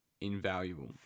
invaluable